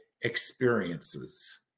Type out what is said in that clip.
experiences